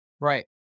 Right